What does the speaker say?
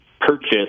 purchase